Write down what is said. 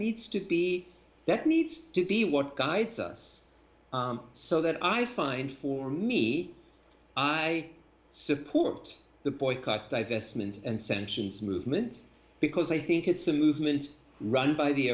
needs to be that needs to be what guides us so that i find for me i support the boycott divestment and sanctions movement because i think it's a movement run by the